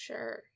Sure